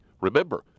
Remember